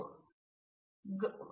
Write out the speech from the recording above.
professor B